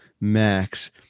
max